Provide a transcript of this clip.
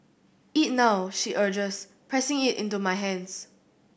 eat now she urges pressing it into my hands